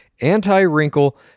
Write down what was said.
anti-wrinkle